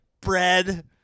bread